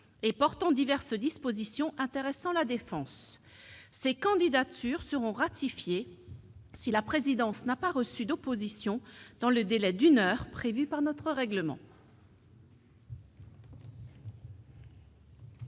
et portant diverses dispositions intéressant la défense. Ces candidatures seront ratifiées si la présidence n'a pas reçu d'opposition dans le délai d'une heure prévu par notre règlement.